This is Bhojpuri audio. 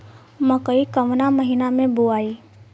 मकई कवना महीना मे बोआइ?